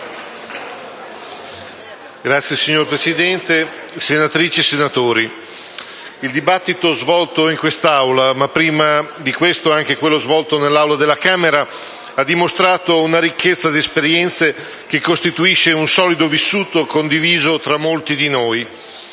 *(PD)*. Signor Presidente, senatrici e senatori, il dibattito svolto in quest'Aula, ma prima di questo anche quello svolto nell'Aula della Camera, ha dimostrato una ricchezza di esperienze che costituisce un solido vissuto, condiviso tra molti di noi.